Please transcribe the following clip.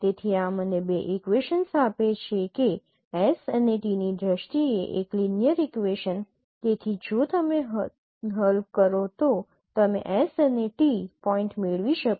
તેથી આ મને બે ઇક્વેશનસ આપે છે કે s અને t ની દ્રષ્ટિએ એક લિનિયર ઇક્વેશન્સ તેથી જો તમે હલ કરો તો તમે s અને t પોઈન્ટ મેળવી શકો